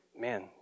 man